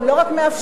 הוא לא רק מאפשר,